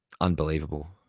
Unbelievable